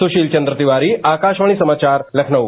सुशील चंद्र तिवारी आकाशवाणी समाचार लखनऊ